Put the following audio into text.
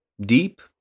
deep